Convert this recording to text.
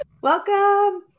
Welcome